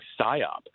PSYOP